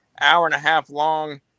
hour-and-a-half-long